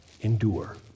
endure